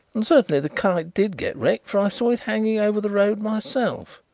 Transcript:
and certainly the kite did get wrecked, for i saw it hanging over the road myself.